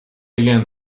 began